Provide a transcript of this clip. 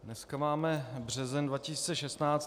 Dneska máme březen 2016.